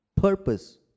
purpose